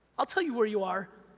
i'll tell you where you are,